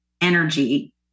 energy